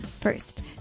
first